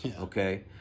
okay